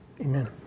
Amen